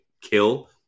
kill